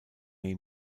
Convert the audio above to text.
ihm